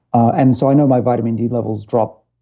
and so i know my vitamin d levels drop,